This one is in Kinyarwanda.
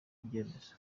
ibyemezo